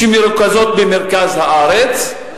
שמרוכזות במרכז הארץ,